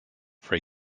for